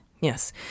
yes